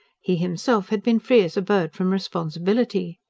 he himself had been free as a bird from responsibility.